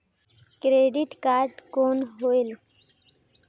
Credit card कौन होएल?